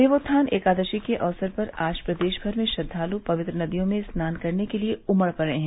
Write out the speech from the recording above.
देवोत्थान एकादशी के अवसर पर आज प्रदेश भर में श्रद्वालु पवित्र नदियों में स्नान करने के लिए उमड़ पड़े हैं